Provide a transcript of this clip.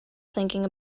thinking